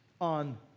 on